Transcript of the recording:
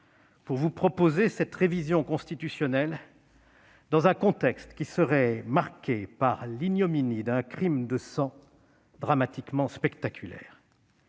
pour vous proposer cette révision constitutionnelle dans un contexte qui serait marqué par l'ignominie d'un crime de sang dramatiquement spectaculaire.